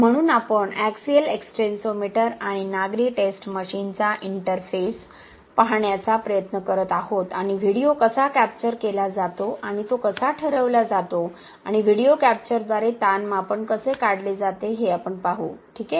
म्हणून आपण axial extensometer आणि नागरी टेस्ट मशीनचा इंटरफेस पाहण्याचा प्रयत्न करत आहोत आणि व्हिडिओ कसा कॅप्चर केला जातो आणि तो कसा ठरवला जातो आणि व्हिडिओ कॅप्चरद्वारे ताण मापन कसे काढले जाते हे आपण पाहू ठीक आहे